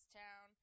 town